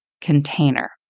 container